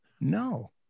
No